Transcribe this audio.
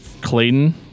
Clayton